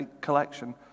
collection